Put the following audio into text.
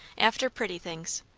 after pretty things.